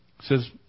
says